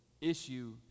issue